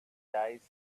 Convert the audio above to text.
days